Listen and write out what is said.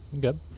Good